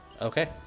Okay